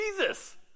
Jesus